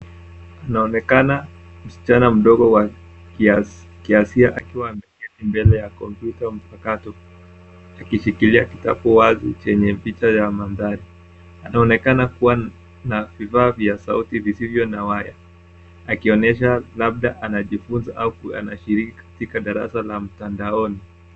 Inaonekana msichana mdogo wa Kiasia akiwa ameketi mbele ya kompyuta mpakato, akishikilia kitabu wazi chenye picha ya mandhari. Anaonekana kuwa na vifaa vya sauti visivyo na waya, akionyesha labda anajifunza au anashiriki katika darasa la mtandaoni.